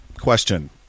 question